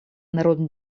народно